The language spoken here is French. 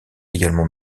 également